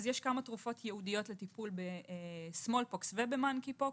יש כמה תרופות ייעודיות לטיפול ב-smallpox וב-monkeypox.